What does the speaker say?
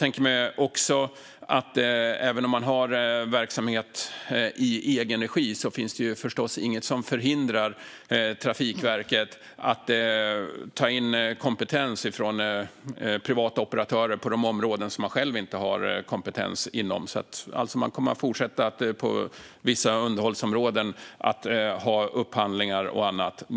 Även om man har verksamhet i egen regi finns förstås inget som förhindrar Trafikverket att ta in kompetens från privata operatörer på de områden där man själv inte har kompetens. Man kommer inom vissa underhållsområden att fortsätta med upphandlingar.